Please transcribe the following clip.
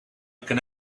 can